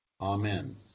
Amen